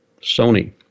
Sony